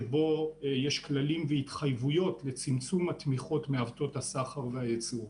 שבו יש כללים והתחייבויות לצמצום התמיכות מעוותות הסחר והייצור.